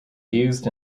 used